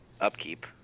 upkeep